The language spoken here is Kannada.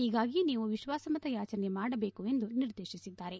ಹೀಗಾಗಿ ನೀವು ವಿಶ್ವಾಸಮತಯಾಚನೆ ಮಾಡಬೇಕು ಎಂದು ನಿರ್ದೇಶಿಸಿದ್ದಾರೆ